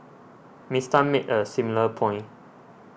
Miss Tan made a similar point